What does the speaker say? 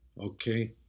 Okay